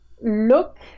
look